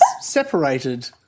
separated